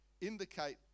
indicate